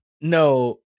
no